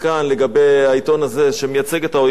שמייצג את האויב בצורה כל כך מוצלחת.